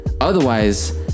otherwise